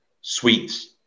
sweets